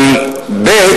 אבל ב.